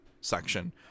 section